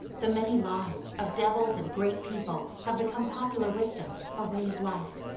the many lies of devils and great people have become popular wisdom, a way of life,